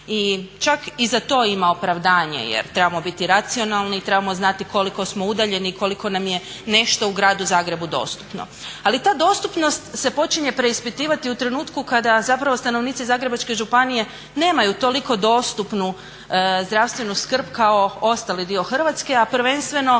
i čak i za to ima opravdanje jer trebamo biti racionalni i trebamo znati koliko smo udaljeni i koliko nam je nešto u gradu Zagrebu dostupno. Ali ta dostupnost se počinje preispitivati u trenutku kada zapravo stanovnici Zagrebačke županije nemaju toliko dostupnu zdravstvenu skrb kao ostali dio Hrvatske a prvenstveno